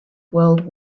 world